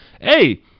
hey